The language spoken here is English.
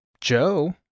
Joe